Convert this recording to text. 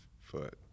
foot